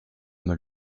mal